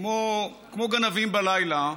כמו גנבים בלילה,